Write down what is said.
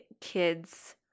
kids